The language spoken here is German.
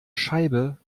scheibe